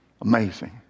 Amazing